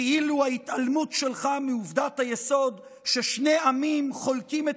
כאילו ההתעלמות שלך מעובדת היסוד ששני עמים חולקים את